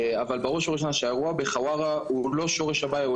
אבל בראש ובראשונה שהאירוע בחווארה הוא לא שורש הבעיה,